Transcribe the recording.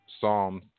Psalm